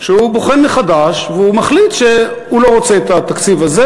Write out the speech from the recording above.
שהוא בוחן מחדש והוא מחליט שהוא לא רוצה את התקציב הזה,